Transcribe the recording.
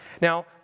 Now